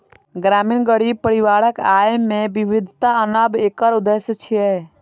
ग्रामीण गरीब परिवारक आय मे विविधता आनब एकर उद्देश्य छियै